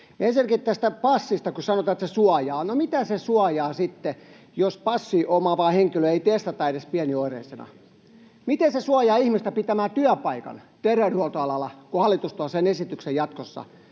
Ensinnäkin tästä passista, kun sanotaan, että se suojaa. No miten se sitten suojaa, jos passin omaavaa henkilöä ei testata edes pienioireisena? Miten se suojaa ihmistä pitämään työpaikan terveydenhuoltoalalla, kun hallitus tuo sen esityksen jatkossa,